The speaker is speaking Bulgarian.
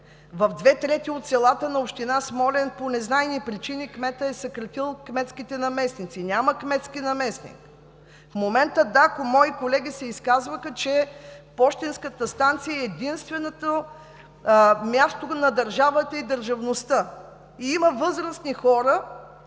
В две трети от селата на община Смолян по незнайни причини кметът е съкратил кметските наместници – няма кметски наместник. В момента – да, мои колеги се изказваха, пощенската станция е единственото място на държавата и държавността. Има много възрастни хора,